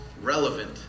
relevant